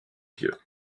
vieux